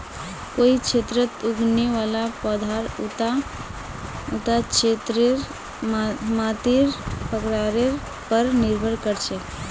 कोई क्षेत्रत उगने वाला पौधार उता क्षेत्रेर मातीर प्रकारेर पर निर्भर कर छेक